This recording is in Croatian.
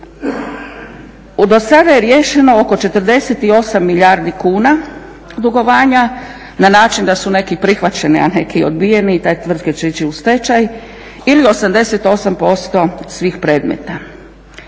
Do sada je riješeno oko 48 milijardi kuna dugovanja, na način da su neki prihvaćeni, a neki odbijene i te tvrtke će ići u stečaj ili 88% svih predmeta.